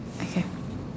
okay